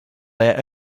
their